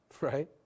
Right